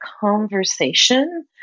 conversation